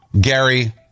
Gary